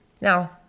now